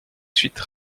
suite